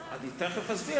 אז למה שיניתם?